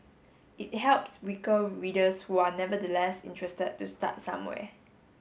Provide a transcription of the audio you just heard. it helps weaker readers who are nevertheless interested to start somewhere